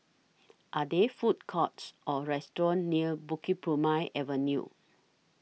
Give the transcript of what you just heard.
Are There Food Courts Or restaurants near Bukit Purmei Avenue